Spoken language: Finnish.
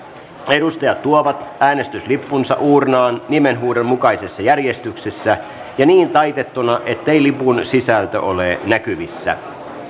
edustajat tuovat äänestyslippunsa uurnaan nimenhuudon mukaisessa järjestyksessä ja niin taitettuina ettei lipun sisältö ole näkyvissä